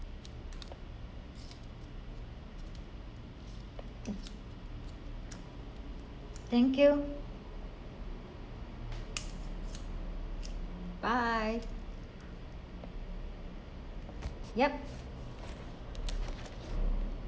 thank you bye yup